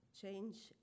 change